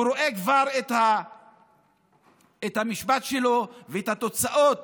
הוא רואה כבר את המשפט שלו ואת התוצאות